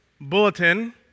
bulletin